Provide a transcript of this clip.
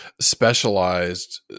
specialized